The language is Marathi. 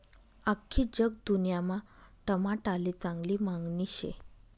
आख्खी जगदुन्यामा टमाटाले चांगली मांगनी शे